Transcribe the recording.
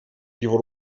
его